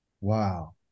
Wow